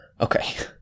Okay